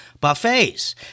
Buffets